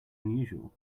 unusual